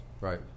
Right